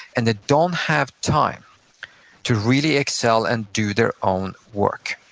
and they don't have time to really excel and do their own work.